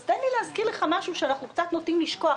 אז תן לי להזכיר לך משהו שאנחנו קצת נוטים לשכוח.